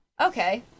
Okay